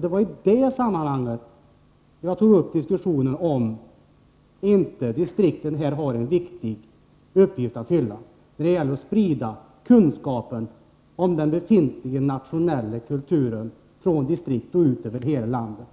Det var i det sammanhanget jag tog upp diskussionen om inte distrikten har en viktig uppgift att fylla när det gäller att sprida kunskap om den befintliga nationella kulturen från distrikten och ut över hela landet.